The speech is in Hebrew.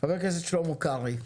חבר הכנסת שלמה קרעי.